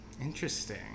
interesting